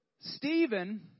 Stephen